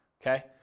okay